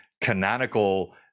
canonical